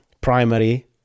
primary